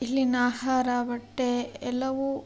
ಇಲ್ಲಿನ ಆಹಾರ ಬಟ್ಟೆ ಎಲ್ಲವೂ